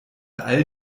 all